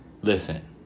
listen